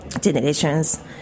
generations